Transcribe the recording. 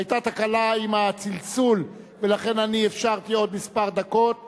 היתה תקלה עם הצלצול, ולכן אפשרתי עוד דקות מספר.